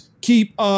keep